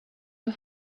you